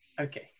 Okay